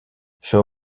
show